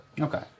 Okay